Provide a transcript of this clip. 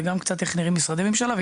איך נראים משרדי ממשלה,